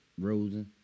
Rosen